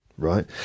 right